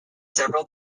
several